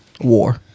War